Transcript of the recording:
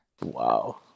Wow